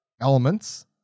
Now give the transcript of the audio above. elements